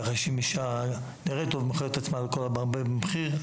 ככה שאם אישה נראית טוב ומוכרת את עצמה לכל המרבה במחיר,